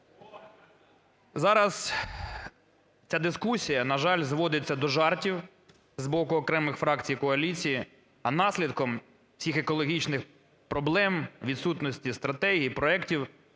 Зараз ця дискусія, на жаль, зводиться до жартів з боку окремих фракцій коаліції, а наслідком цих екологічних проблем, відсутності стратегії, проектів,